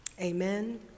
Amen